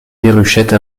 déruchette